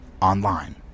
online